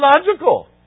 logical